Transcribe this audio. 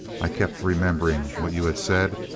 i kept remembering what you had said,